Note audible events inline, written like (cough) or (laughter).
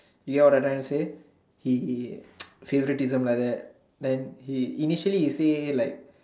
you know what I'm trying to say he (noise) favoritism like that then he initially he say like